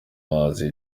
mazi